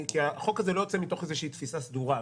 החוק הזה לא יוצא מתוך תפיסה סדורה,